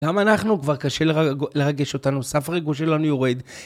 גם אנחנו, כבר קשה לרגש אותנו. סף הריגוש שלנו יורד.